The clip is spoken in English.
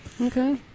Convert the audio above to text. Okay